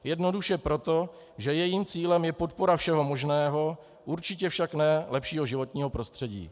Jednoduše proto, že jejím cílem je podpora všeho možného, určitě však ne lepšího životního prostředí.